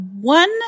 one